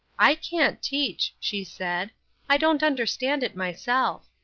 i can't teach, she said i don't understand it myself.